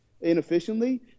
inefficiently